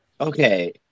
okay